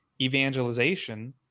evangelization